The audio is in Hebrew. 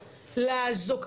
לאזוק,